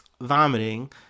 vomiting